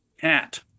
Cat